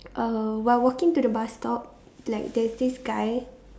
uh while walking to the bus stop like there's this guy